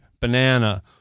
banana